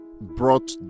brought